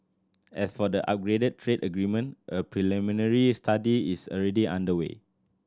as for the upgraded trade agreement a preliminary study is already underway